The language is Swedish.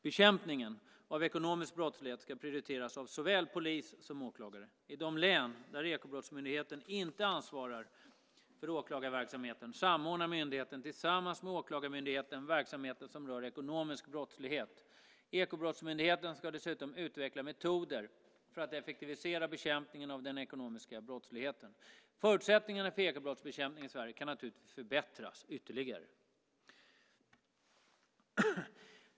Bekämpningen av ekonomisk brottslighet ska prioriteras av såväl polis som åklagare. I de län där Ekobrottsmyndigheten inte ansvarar för åklagarverksamheten samordnar myndigheten tillsammans med Åklagarmyndigheten verksamheten som rör ekonomisk brottslighet. Ekobrottsmyndigheten ska dessutom utveckla metoder för att effektivisera bekämpningen av den ekonomiska brottsligheten. Förutsättningarna för ekobrottsbekämpningen i Sverige kan naturligtvis förbättras ytterligare.